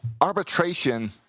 Arbitration